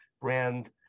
brand